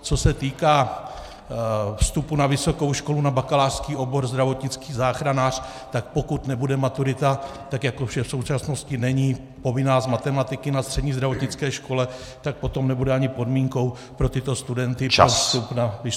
Co se týká vstupu na vysokou školu na bakalářský obor zdravotnický záchranář, tak pokud nebude maturita, tak jako že v současnosti není povinná z matematiky na střední zdravotnické škole, tak potom nebude ani podmínkou pro tyto studenty pro vstup na vysokou školu.